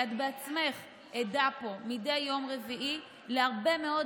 את בעצמך עדה פה מדי יום רביעי להרבה מאוד